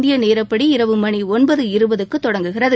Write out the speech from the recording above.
இந்திய நேரப்படி இரவு மணி ஒன்பது இருபதுக்கு தொடங்குகிறது